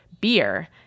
Beer